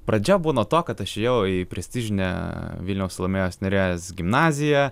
pradžia buvo to kad aš ėjau į prestižinę vilniaus salomėjos nėries gimnaziją